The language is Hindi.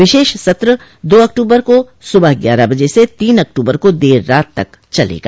विशेष सत्र दो अक्टूबर को सुबह ग्यारह बजे से तीन अक्टूबर को देर रात तक चलेगा